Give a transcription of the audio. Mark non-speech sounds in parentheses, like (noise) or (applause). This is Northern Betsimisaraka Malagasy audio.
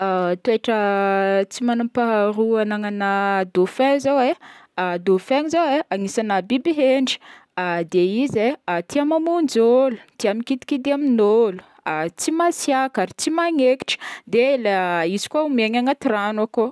Ah toetra (hesitation) tsy manam-paharoa hagnanana dauphin zao e, (hesitation) dauphin zao e anisana biby hendry, (hesitation) de izy e tia mamônjy ôlo, tia mikidikidy amin'ôlo, a ttsy masiaka ary tsy magnekitry de izy koa miaigny agnaty rano akao.